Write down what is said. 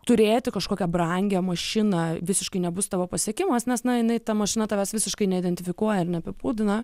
turėti kažkokią brangią mašiną visiškai nebus tavo pasiekimas nes na jinai ta mašina tavęs visiškai neidentifikuoja ar ne apibūdina